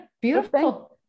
Beautiful